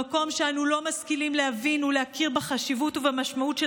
במקום שאנו לא משכילים להבין ולהכיר בחשיבות ובמשמעות של